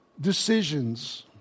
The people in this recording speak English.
decisions